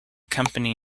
company